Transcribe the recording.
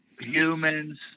humans